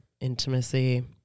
Intimacy